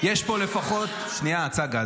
יש פה לפחות, שנייה, צגה.